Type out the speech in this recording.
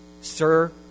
Sir